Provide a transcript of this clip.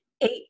Eight